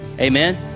Amen